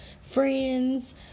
friends